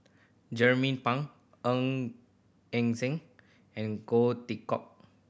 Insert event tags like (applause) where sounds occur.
Jernnine Pang (unintelligible) Eng Seng and goal Hitchcock